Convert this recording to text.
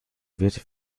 wird